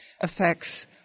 affects